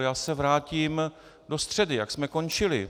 Já se vrátím do středy, jak jsme končili.